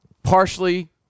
partially